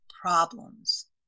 problems